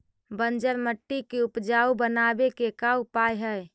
बंजर मट्टी के उपजाऊ बनाबे के का उपाय है?